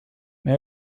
may